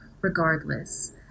regardless